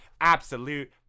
absolute